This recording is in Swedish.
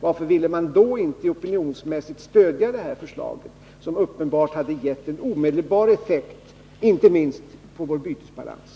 Varför ville man inte den gången opinionsmässigt stödja ett förslag som uppenbarligen hade givit omedelbar effekt, inte minst på vår bytesbalans?